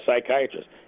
psychiatrist